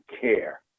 care